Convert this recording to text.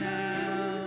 now